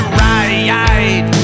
ride